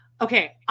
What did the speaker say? Okay